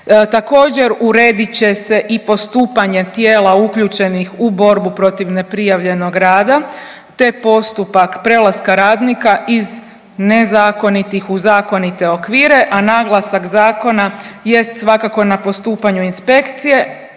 Također uredit će se i postupanje tijela uključenih u borbu protiv neprijavljenog rada te postupak prelaska radnika iz nezakonitih u zakonite okvire, a naglasak zakona jest svakako na postupanju inspekcije,